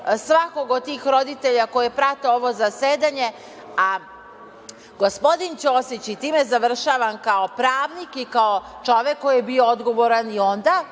svakog od tih roditelja koji prate ovo zasedanje. A, gospodin Ćosić, i time završavam, kao pravnik i kao čovek koji je bio odgovoran i onda